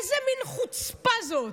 איזה מין חוצפה זאת?